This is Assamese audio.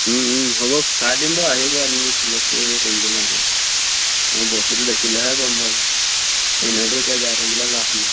হ'ব চাই দিম বাৰু আহিব আপুনি চিলেক্ট কৰিব কোনটো লাগে বস্তুটো দেখিলেহে গম পাব এনেটো এতিয়া গাই থাকিলে লাভ নাই